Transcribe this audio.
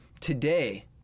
today